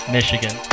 Michigan